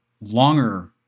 longer